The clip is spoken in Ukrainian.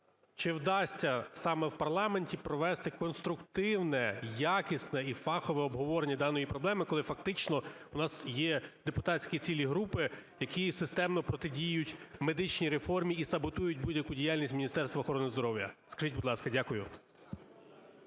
чи вдасться саме в парламенті провести конструктивне, якісне і фахове обговорення даної проблеми, коли фактично у нас є депутатські цілі групи, які системно протидіють медичній реформі і саботують будь-яку діяльність Міністерства охорони здоров'я? Скажіть, будь ласка. Дякую.